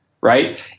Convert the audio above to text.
right